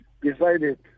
decided